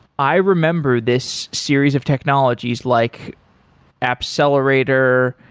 i remember this series of technologies like appcelerator,